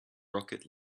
rocket